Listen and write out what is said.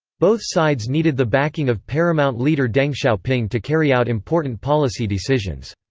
both sides needed the backing of paramount leader deng xiaoping to carry out important policy decisions.